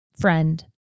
friend